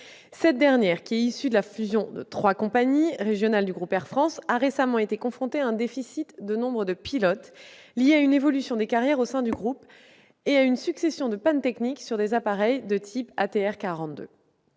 Cette dernière, issue de la fusion de trois compagnies régionales du groupe Air France, a récemment été confrontée à un déficit du nombre de pilotes, lié à une évolution des carrières de ces derniers au sein du groupe, et à une succession de pannes techniques sur ses appareils de type ATR 42.